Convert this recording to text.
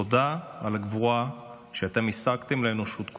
תודה על הגבורה שאתם השגתם לאנושות כולה.